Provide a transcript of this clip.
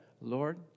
Lord